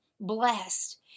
blessed